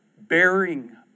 bearing